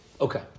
Okay